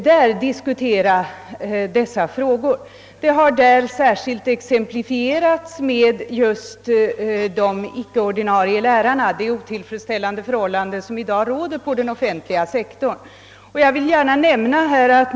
De otillfredsställande förhållanden som i dag råder på den offentliga sektorn har i motionen exemplifierats med just de icke-ordinarie lärarnas ställning.